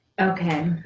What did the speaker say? Okay